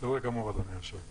בסדר גמור אדוני היו"ר.